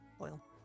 oil